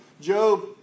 Job